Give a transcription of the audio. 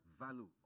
value